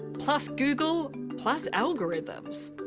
plus google, plus algorithms.